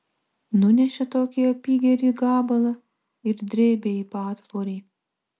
nunešė tokį apygerį gabalą ir drėbė į patvorį